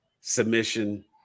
submission